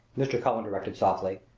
mr. cullen directed softly.